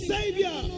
Savior